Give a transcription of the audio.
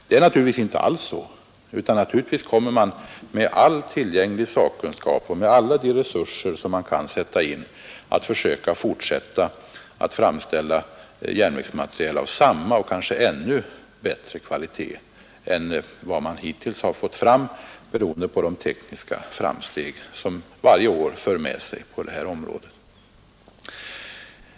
Det är naturligtvis inte alls så, utan självfallet kommer man med all tillgänglig sakkunskap och med alla de resurser som man kan sätta in att försöka fortsätta att framställa järnvägsmateriel av samma och kanske ännu bättre kvalitet än vad man hittills har fått fram, beroende på de tekniska framsteg som varje år för med sig på det här området.